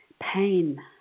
pain